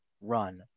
run